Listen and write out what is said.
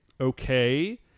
Okay